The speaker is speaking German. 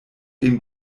dem